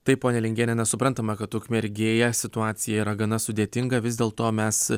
taip ponia lingiene nes suprantame kad ukmergėje situacija yra gana sudėtinga vis dėl to mes